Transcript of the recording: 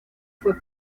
fue